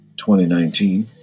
2019